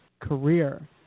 career